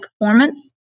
performance